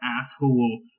asshole